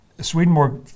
Swedenborg